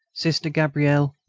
sister gabrielle,